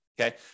Okay